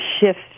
shift